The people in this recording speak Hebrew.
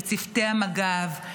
לצוותי מג"ב,